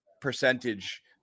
percentage